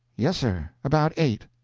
yes, sir about eight.